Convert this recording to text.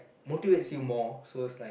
motivates you more so is like